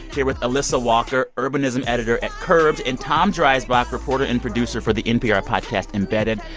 here with alissa walker, urbanism editor at curbed and tom dreisbach, reporter and producer for the npr podcast embedded.